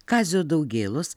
kazio daugėlos